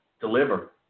deliver